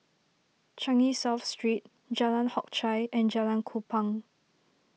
Changi South Street Jalan Hock Chye and Jalan Kupang